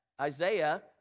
Isaiah